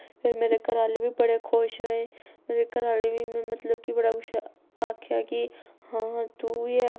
पर मेरे घरा आह्ले बी बड़े खुश होए मेरे घरा आह्ले बी मतलब कि बड़ा कुछ आखेआ कि हां हां तूं बी है कुछ